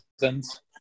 reasons